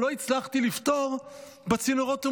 שלא הצלחתי לפתור בצינורות המקובלים.